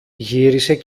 γύρισε